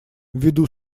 ввиду